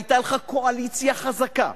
היתה לך קואליציה חזקה,